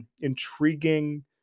intriguing